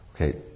okay